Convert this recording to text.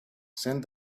send